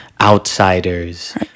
outsiders